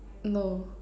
no